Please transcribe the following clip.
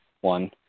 one